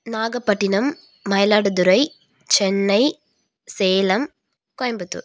Nagapattinam Mayiladuthurai Chennai Salem Coimbatore